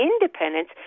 independence